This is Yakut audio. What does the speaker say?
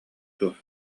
дуо